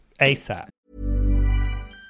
ASAP